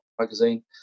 magazine